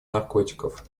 наркотиков